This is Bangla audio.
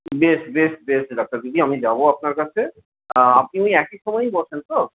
বেশ বেশ বেশ ডাক্তারদিদি আমি যাব আপনার কাছে আপনি ওই একই সময়েই বসেন তো